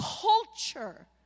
culture